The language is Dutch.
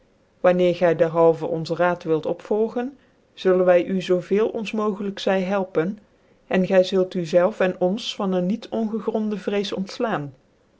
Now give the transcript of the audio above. wanneer gy dcrhalvcn onze raad wilt opvolgen zullen wy u zoo veel ons mogelijk zy helpen cn gy zult u zelvcn cn ons van een niet ongegronde vrees ontdaan